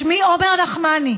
שמי עומר נחמני,